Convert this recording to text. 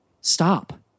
stop